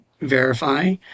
verify